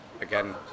again